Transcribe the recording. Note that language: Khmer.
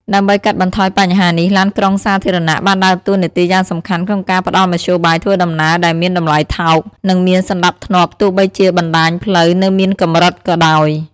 ដើម្បីកាត់បន្ថយបញ្ហានេះ ឡានក្រុងសាធារណៈ បានដើរតួនាទីយ៉ាងសំខាន់ក្នុងការផ្តល់មធ្យោបាយធ្វើដំណើរដែលមានតម្លៃថោក និងមានសណ្តាប់ធ្នាប់ ទោះបីជាបណ្ដាញផ្លូវនៅមានកម្រិតក៏ដោយ។